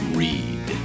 read